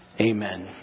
Amen